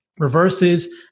Reverses